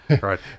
right